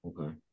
Okay